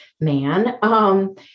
man